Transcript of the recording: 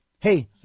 Hey